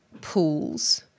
pools